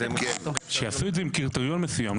שיעשו את זה לפי קריטריון מסוים.